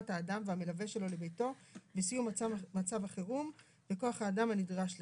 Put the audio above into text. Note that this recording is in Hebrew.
האדם והמלווה שלו לביתו בסיום מצב החירום וכוח האדם הנדרש לכך.